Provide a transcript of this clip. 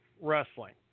Wrestling